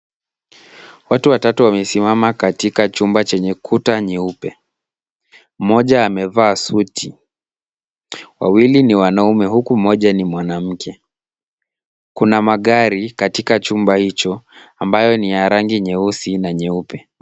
Watu watatu wamesimama katika chumba chenye kuta nyeupe. Mmoja amevaa suti. Wawili ni wanaume huku mmoja ni mwanamke. Kuna magari katika chumba hicho ambayo ni ya rangi nyeusi na nyeupe.